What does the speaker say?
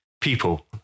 people